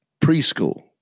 preschool